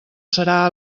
serà